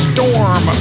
Storm